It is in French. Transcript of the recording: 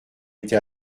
été